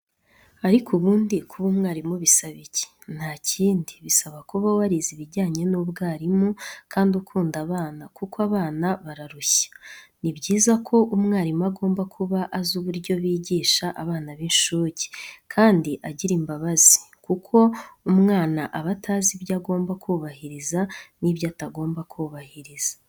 Ariko ubundi kuba mwarimu bisaba iki? Nta kindi, bisaba kuba warize ibijyanye n'ubwarimu kandi ukunda abana kuko abana bararushya. Ni byiza ko umwarimu agomba kuba azi uburyo bigisha abana b'incuke kandi agira imbabazi kuko umwana aba atazi ibyo agomba kubahiriza n'ibyo atagomba kubahiriza.